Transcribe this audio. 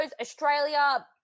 Australia